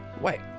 Wait